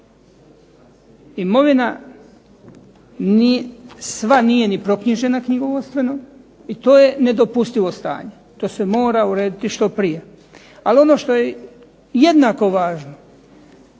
Imovina sva nije ni proknjižena knjigovodstveno i to je nedopustivo stanje, to se mora urediti što prije. Ali ono što je jednako važno